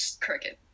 crooked